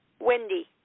Wendy